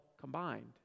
combined